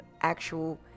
actual